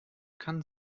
kann